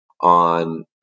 on